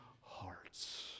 hearts